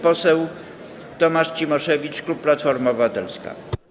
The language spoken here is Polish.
Poseł Tomasz Cimoszewicz, klub Platforma Obywatelska.